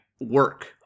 work